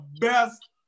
best